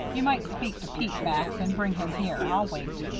you might speak to pete, max, and bring him here. i'll wait.